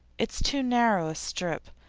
it's too narrow a strip,